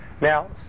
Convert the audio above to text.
Now